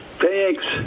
thanks